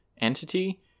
entity